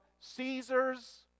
Caesar's